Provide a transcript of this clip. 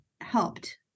helped